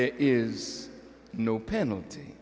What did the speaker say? there is no penalty